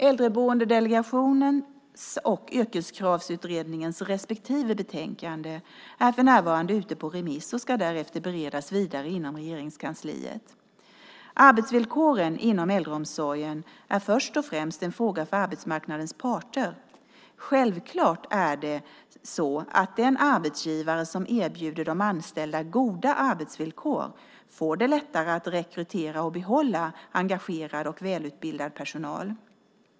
Äldreboendedelegationens och Yrkeskravsutredningens respektive betänkanden är för närvarande ute på remiss och ska därefter beredas vidare inom Regeringskansliet. Arbetsvillkoren inom äldreomsorgen är först och främst en fråga för arbetsmarknadens parter. Självklart är det så att den arbetsgivare som erbjuder de anställda goda arbetsvillkor får det lättare att rekrytera och behålla engagerad och välutbildad personal.